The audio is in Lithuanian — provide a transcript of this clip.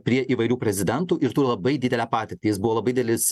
prie įvairių prezidentų ir turi labai didelę patirtį jis buvo labai didelis